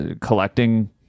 collecting